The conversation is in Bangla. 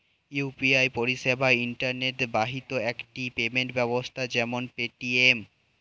ইউ.পি.আই পরিষেবা ইন্টারনেট বাহিত একটি পেমেন্ট ব্যবস্থা যেমন পেটিএম